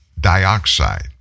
dioxide